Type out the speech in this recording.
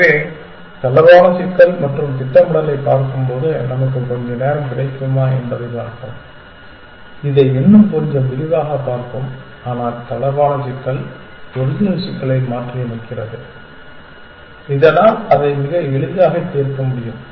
எனவே தளர்வான சிக்கல் மற்றும் திட்டமிடலைப் பார்க்கும்போது நமக்கு நேரம் கிடைக்குமா என்பதைப் பார்ப்போம் இதை இன்னும் கொஞ்சம் விரிவாகப் பார்ப்போம் ஆனால் தளர்வான சிக்கல் ஒரிஜினல் சிக்கலை மாற்றியமைக்கிறது இதனால் அதை மிக எளிதாக தீர்க்க முடியும்